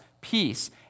peace